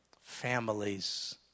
families